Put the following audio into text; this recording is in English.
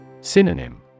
Synonym